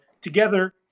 together